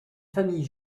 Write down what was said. famille